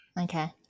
Okay